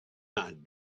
not